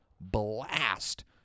blast